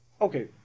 okay